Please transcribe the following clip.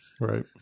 Right